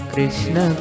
Krishna